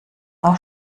auch